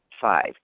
Five